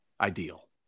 Ideal